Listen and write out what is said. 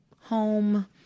Home